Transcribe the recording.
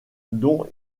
dont